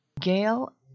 Gail